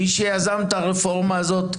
מי שיזם את הרפורמה הזאת,